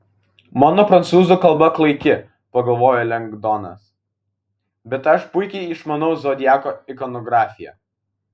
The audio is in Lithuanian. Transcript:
mano prancūzų kalba klaiki pagalvojo lengdonas bet aš puikiai išmanau zodiako ikonografiją